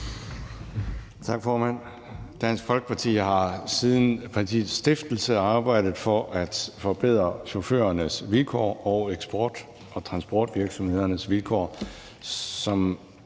Tak, formand. Dansk Folkeparti har siden partiets stiftelse arbejdet for at forbedre chaufførernes vilkår og eksport- og transportvirksomhedernes vilkår,